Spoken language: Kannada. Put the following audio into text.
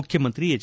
ಮುಖ್ಯಮಂತ್ರಿ ಹೆಚ್